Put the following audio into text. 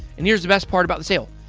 and here's the best part about the sale.